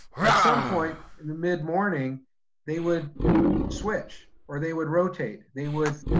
at some point in the mid morning they would switch or they would rotate. they would,